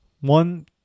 One